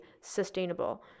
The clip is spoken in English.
sustainable